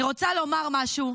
אני רוצה לומר משהו: